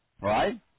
Right